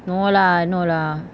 no lah no lah